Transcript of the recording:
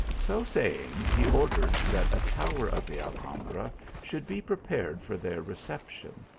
so saying, he ordered that a tower of the alham bra should be prepared for their reception,